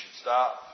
stop